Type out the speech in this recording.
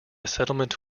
settlement